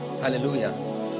Hallelujah